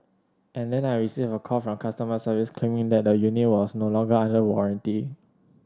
and then I received a call from customer service claiming that the unit was no longer under warranty